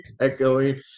echoing